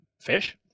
fish